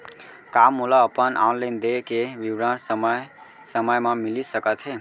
का मोला अपन ऑनलाइन देय के विवरण समय समय म मिलिस सकत हे?